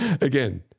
Again